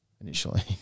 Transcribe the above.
initially